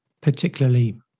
particularly